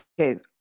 okay